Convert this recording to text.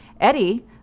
Eddie